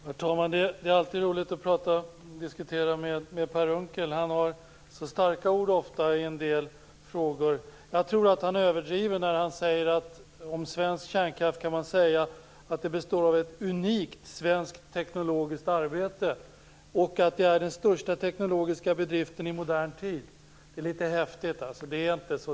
Herr talman! Det är alltid roligt att diskutera med Per Unckel. Han har ofta så starka ord i en del frågor. Jag tror att han överdriver när han säger att man om svensk kärnkraft kan säga att den består av ett unikt svenskt teknologiskt arbete, och att den är den största teknologiska bedriften i modern tid. Det är litet häftigt. Det är inte så.